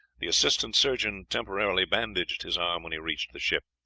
the assistant surgeon temporarily bandaged his arm when he reached the ship.